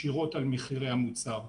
ישירות על מחירי המוצר.